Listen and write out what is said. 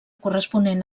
corresponent